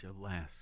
Alaska